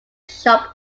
shop